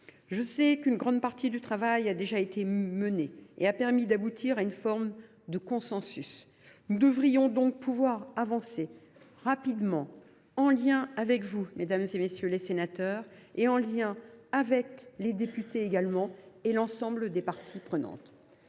Je sais qu’une grande partie du travail a déjà été menée et a permis de parvenir à une forme de consensus : nous devrions donc pouvoir avancer rapidement, en lien avec vous, mesdames, messieurs les sénateurs, mais aussi avec les députés et l’ensemble des parties prenantes.